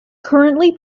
currently